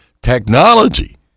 technology